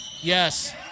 yes